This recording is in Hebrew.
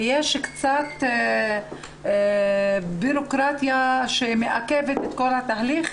יש קצת בירוקרטיה שמעכבת את כל התהליך.